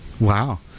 Wow